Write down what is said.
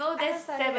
I haven't start yet